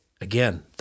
again